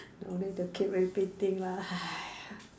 don't need to keep repeating lah !haiya!